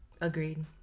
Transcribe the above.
agreed